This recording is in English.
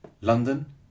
London